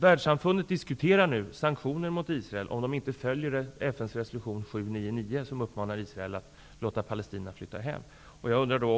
Världssamfundet diskuterar nu sanktioner mot Israel om Israel inte följer FN:s resolution 799, som uppmanar Israel att låta palestinerna flytta hem.